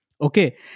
Okay